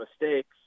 mistakes